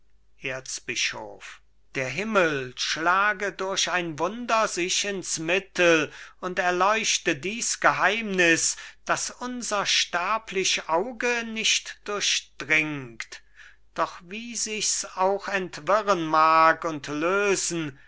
erzbischof der himmel schlage durch ein wunder sich ins mittel und erleuchte dies geheimnis das unser sterblich auge nicht durchdringt doch wie sichs auch entwirren mag und lösen